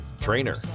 trainer